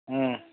ꯎꯝ